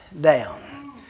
down